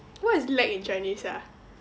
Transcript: what is lag in chinese ah